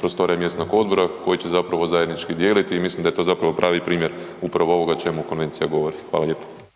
prostorija mjesnog odbora koji će zapravo zajednički dijeliti i mislim da je to zapravo pravi primjer upravo ovoga o čemu konvencija govori. Hvala lijepo.